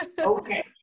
Okay